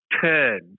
turn